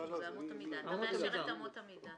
צריך לאשר את אמות המידה.